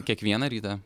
kiekvieną rytą